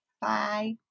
Bye